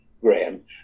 Graham